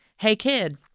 hey, kid,